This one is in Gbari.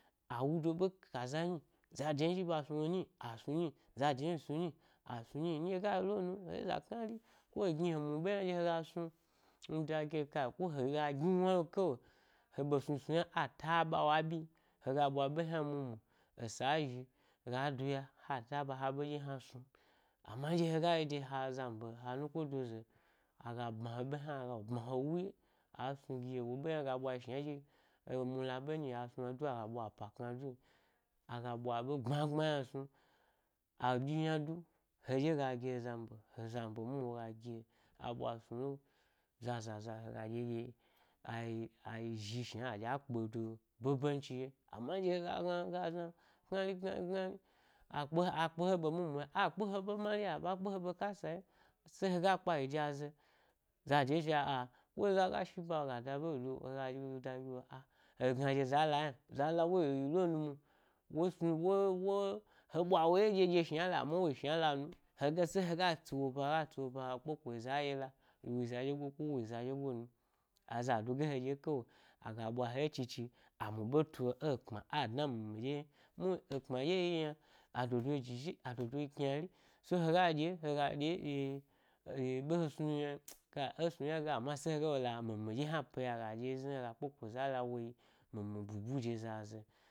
A wudo ɓe kaza nyi, zade zhi ɓa snu nyi, a snu nyi, zade hni snunyi asnu nyi nɗye hega yi’wo nu heɗye za knari, ko he zhi he mu’ ɓe nɗye hega snu, n da-gi he kai, ko hega gni wna lo, kai he ɓe snu a ta-ɓa wa ɓyin, hego ɓwa ɓe hna mu mu, esa azhi ga duya ha taɓa ha ɓe ɗye hna snu n, amma nɗye kega yi de ha zam be ha anukodo za, aga bma he ɓe hna agale hma he wu ye a snu gi he, wo ɓe hna ga ɓwayi shna ɗye he mula ɓe nyi asnu du a ga ɓwa epa kna dun, aga ɓwa aɓe gbma gbma hna snu aɗyi yna du, heɗye ga gi he zambe, he zambe mu hni woga gi he, a bwa snulo zaza za hega ɗye ɗye, ai ai zhi shna hna aɗye a kpedo babanci ye n, amma hega gna hega zna knari, knari, knari akpe akpe he ɓe mumu ye, akpe he ɓe mari ye aɓa kpe he ɓe ta sa yen se hega kpayi de azae, zade sha a, ko eza ga shi ba ga do’ ɓe hegna ɗye zala hnan, zala wo yi yi lo nu mwo wo snu wô wô he ɓwa wo ye ɗye ɗye shnala amma woyi shnala nu haya se heya tsi wo ba, hega tsi wo ba hega kpeko ɗye zaɗye la woyi zaɗye goi ko wo yi za ɗyego nun, aza do ga he ɗye ke we, aga ɓwa he ye chi chi, amu’ ɓe tu he ekpma a dna mimi ɗye yen, nuhni ekpma ɗye e-yi yna dodo yi jiji adodo, yi kynari, so hega ɗye-hega ɗye ɗye-e- ɓe he snu yna e snu yna gen amma se hegalo la-mimi ɗye hna pi ya ga ɗye zni hega kpecozni ɗye is woyi mimi bubu de za zae.